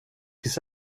finns